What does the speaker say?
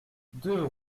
deux